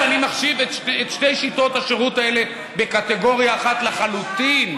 אני מחשיב את שתי שיטות השירות האלה בקטגוריה אחת לחלוטין.